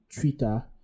Twitter